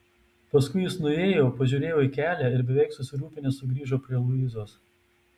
paskui jis nuėjo pažiūrėjo į kelią ir beveik susirūpinęs sugrįžo prie luizos